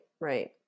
right